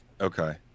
Okay